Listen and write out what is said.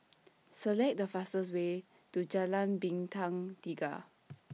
Select The fastest Way to Jalan Bintang Tiga